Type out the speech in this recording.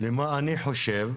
למה אני חושב.